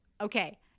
okay